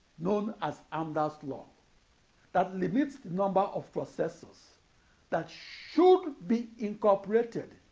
known as amdahl's law that limits the number of processors that should be incorporated